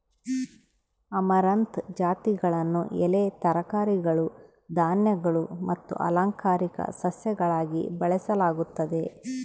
amaranth ಜಾತಿಗಳನ್ನು ಎಲೆ ತರಕಾರಿಗಳು ಧಾನ್ಯಗಳು ಮತ್ತು ಅಲಂಕಾರಿಕ ಸಸ್ಯಗಳಾಗಿ ಬೆಳೆಸಲಾಗುತ್ತದೆ